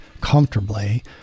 comfortably